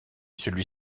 celui